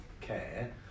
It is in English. care